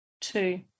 Two